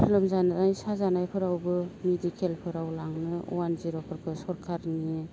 लोमजानाय साजानायफोरावबो मिडिकेलफोराव लांनो अवान जिर'फोरखौ सरखारनि